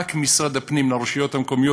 מענק משרד הפנים לרשויות המקומיות,